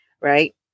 Right